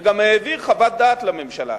וגם העביר חוות דעת לממשלה,